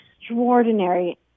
extraordinary